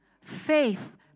Faith